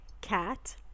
cat